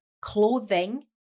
clothing